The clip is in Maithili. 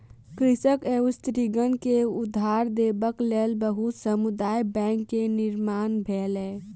कृषक एवं स्त्रीगण के उधार देबक लेल बहुत समुदाय बैंक के निर्माण भेलै